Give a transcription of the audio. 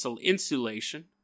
insulation